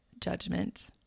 judgment